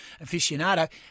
aficionado